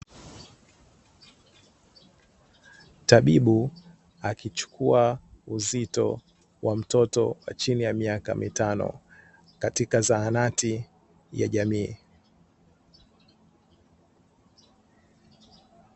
Tabibu akichukua uzito wa mtoto wa chini ya miaka mitano katika zahanati ya jamii.